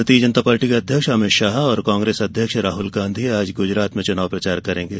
भारतीय जनता पार्टी के अध्यक्ष अमित शाह और कांग्रेस अध्यक्ष राहुल गांधी आज गुजरात में चुनाव प्रचार करेंगे